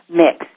mix